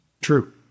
True